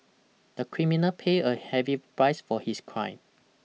the criminal paid a heavy price for his crime